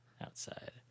outside